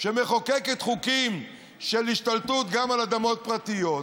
שמחוקקת חוקים של השתלטות גם על אדמות פרטיות,